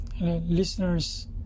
listeners